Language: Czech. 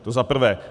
To za prvé.